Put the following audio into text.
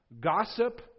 Gossip